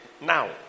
now